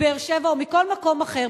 מבאר-שבע או מכל מקום אחר,